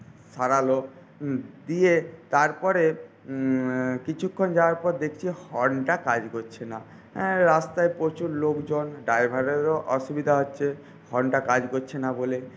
সারালো দিয়ে তারপরে কিছুক্ষন যাওয়ার পর দেখছি হর্নটা কাজ করছে না রাস্তায় প্রচুর লোকজন ড্রাইভারেরও অসুবিধা হচ্ছে হর্নটা কাজ করছে না বলে